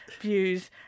Views